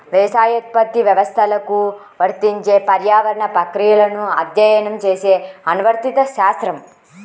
వ్యవసాయోత్పత్తి వ్యవస్థలకు వర్తించే పర్యావరణ ప్రక్రియలను అధ్యయనం చేసే అనువర్తిత శాస్త్రం